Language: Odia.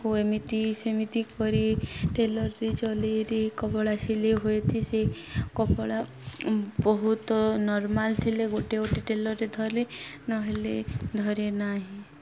ଏମିତି ସେମିତି କରି ଟେଲର୍ରେ ଚଲାଇ କପଡ଼ା ସିଲାଇ ହୁଏ ସେ କପଡ଼ା ବହୁତ ନର୍ମାଲ୍ ସିଲେ ଗୋଟେ ଗୋଟେ ଟେଲର୍ରେ ଧରେ ନହେଲେ ଧରେ ନାହିଁ